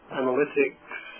analytics